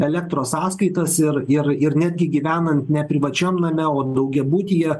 elektros sąskaitas ir ir ir netgi gyvenant ne privačiam name o daugiabutyje